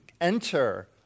enter